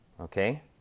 Okay